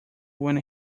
when